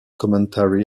commentary